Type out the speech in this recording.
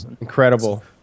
Incredible